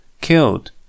killed